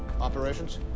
operations